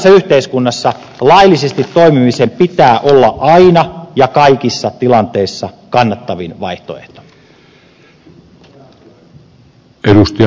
hyvässä yhteiskunnassa laillisesti toimimisen pitää olla aina ja kaikissa tilanteissa kannattavin vaihtoehto